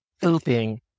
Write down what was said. pooping